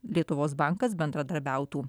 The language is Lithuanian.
lietuvos bankas bendradarbiautų